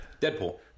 Deadpool